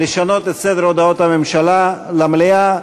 לשנות את סדר הודעות הממשלה למליאה.